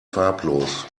farblos